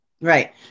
Right